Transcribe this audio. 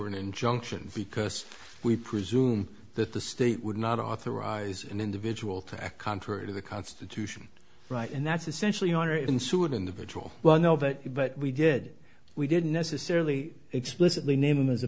for an injunction because we presume that the state would not authorize an individual to act contrary to the constitution right and that's essentially our insua an individual well know that but we did we didn't necessarily explicitly name as a